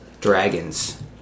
dragons